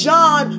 John